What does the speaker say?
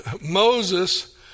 Moses